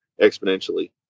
exponentially